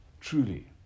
Truly